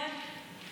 כן.